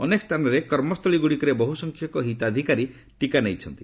ଅନେକ ସ୍ଥାନରେ କର୍ମସ୍ଥଳୀଗୁଡିକରେ ବହୁସଂଖ୍ୟକ ହିତାଧିକାରୀ ଟିକା ନେଇଛନ୍ତି